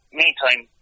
meantime